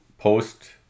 post